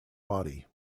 body